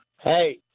Hey